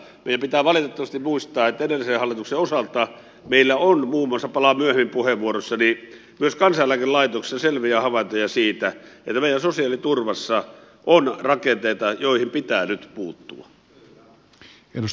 meidän pitää valitettavasti muistaa että edellisen hallituksen osalta meillä on muun muassa palaan myöhemmin puheenvuorossani myös kansaneläkelaitoksen selviä havaintoja siitä että meidän sosiaaliturvassa on rakenteita joihin pitää nyt puuttua